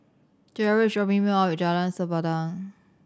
Gerald is dropping me off at Jalan Sempadan